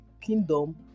kingdom